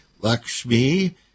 Lakshmi